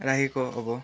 राखेको अब